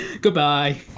Goodbye